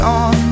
on